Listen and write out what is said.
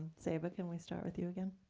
zeyba, can we start with you again?